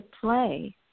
play